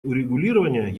урегулирования